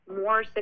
more